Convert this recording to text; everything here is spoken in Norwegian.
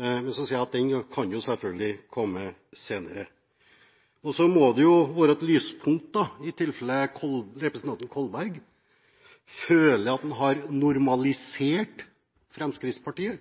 Men så sier jeg at det kan selvfølgelig komme senere. Så må det være et lyspunkt i tilfelle representanten Kolberg føler at han har normalisert Fremskrittspartiet.